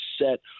set